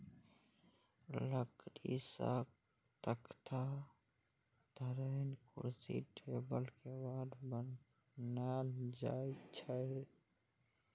लकड़ी सं तख्ता, धरेन, कुर्सी, टेबुल, केबाड़ बनाएल जाइ छै